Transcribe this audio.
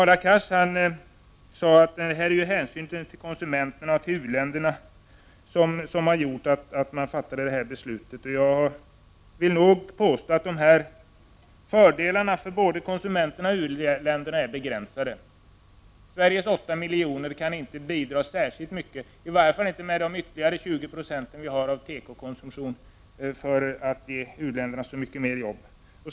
Hadar Cars sade att det är hänsyn till konsumenterna och u-länderna som har gjort att man har fattat beslutet om att upphäva tekorestriktionerna. Jag vill nog påstå att fördelarna både för konsumenterna och för u-länderna är begränsade. Sveriges åtta miljoner invånare kan inte bidra särskilt mycket, i varje fall inte med vår andel av tekokonsumtionen, för att ge u-länderna så mycket mer jobb.